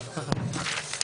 הערבית.